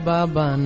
Baba